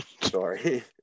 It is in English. Sorry